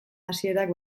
hasierak